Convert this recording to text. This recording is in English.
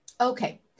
Okay